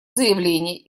заявление